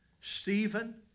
Stephen